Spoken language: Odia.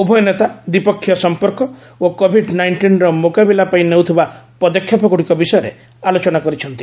ଉଭୟ ନେତା ଦ୍ୱିପକ୍ଷିୟ ସମ୍ପର୍କ ଓ କୋଭିଡ୍ ନାଇଷ୍ଟିନ୍ର ମୁକାବିଲା ପାଇଁ ନେଉଥିବା ପଦକ୍ଷେପଗୁଡ଼ିକ ବିଷୟରେ ଆଲୋଚନା କରିଛନ୍ତି